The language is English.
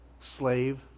slave